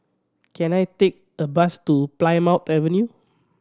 can I take a bus to Plymouth Avenue